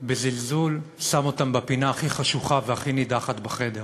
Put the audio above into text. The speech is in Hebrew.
בזלזול, שם אותם בפינה הכי חשוכה והכי נידחת בחדר.